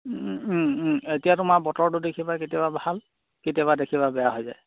এতিয়া তোমাৰ বতৰটো দেখিবা কেতিয়াবা ভাল কেতিয়াবা দেখিবা বেয়া হৈ যায়